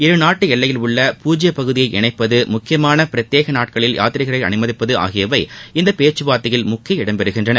இருநாட்டு எல்லையில் உள்ள பூஜ்ய பகுதியை இணைப்பது முக்கியமான பிரத்யேக நாட்களில் யாத்ரீகர்களை அனுமதிப்பது ஆகியவை இந்த பேச்சு வார்த்தையில் முக்கிய இடம் பெறுகின்றன